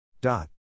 Dot